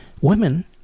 women